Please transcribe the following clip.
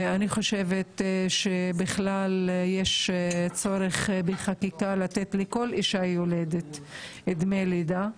אני חושבת שיש צורך בחקיקה לתת לכל אישה יולדת דמי לידה,